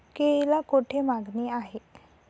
केळीला कोठे मागणी आहे?